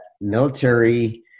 military